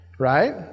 Right